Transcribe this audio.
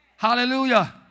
Hallelujah